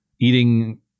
eating